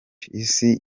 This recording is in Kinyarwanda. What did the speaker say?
isi